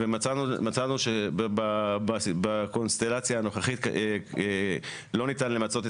ומצאנו שבקונסטלציה הנוכחית לא ניתן למצות את